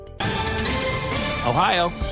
Ohio